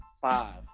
five